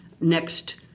next